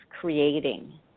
creating